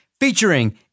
featuring